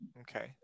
Okay